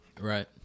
Right